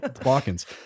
Balkans